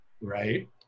right